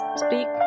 speak